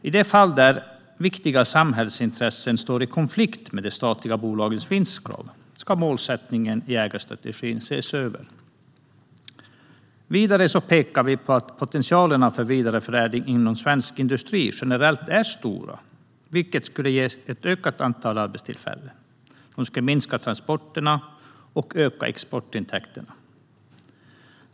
I de fall där viktiga samhällsintressen står i konflikt med de statliga bolagens vinstkrav ska målsättningen i ägarstrategin ses över. Vidare pekar vi på att potentialerna för vidareförädling inom svensk industri generellt är stora, vilket skulle ge ett ökat antal arbetstillfällen, minska transporterna och öka exportintäkterna.